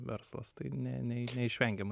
verslas tai ne ne neišvengiama